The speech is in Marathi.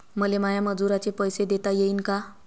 मले माया मजुराचे पैसे देता येईन का?